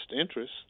interest